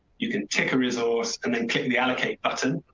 you can take a resource and then click the allocate button.